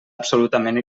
absolutament